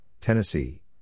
Tennessee